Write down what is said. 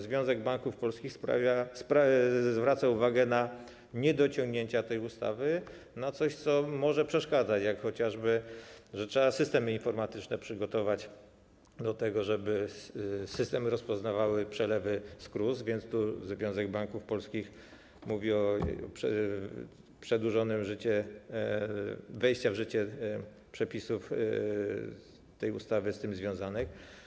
Związek Banków Polskich zwraca uwagę na niedociągnięcia tej ustawy, na coś, co może przeszkadzać, jak chociażby to, że trzeba systemy informatyczne przygotować do tego, żeby rozpoznawały przelewy z KRUS, więc Związek Banków Polskich mówi o przedłużeniu terminu wejścia w życie przepisów tej ustawy z tym związanych.